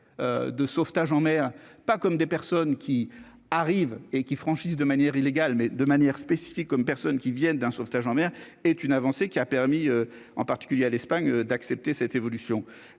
de sauvetage en mer, pas comme des personnes qui arrivent et qui franchissent de manière illégale, mais de manière spécifique comme personne qui viennent d'un sauvetage en mer est une avancée qui a permis, en particulier à l'Espagne d'accepter cette évolution